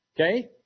Okay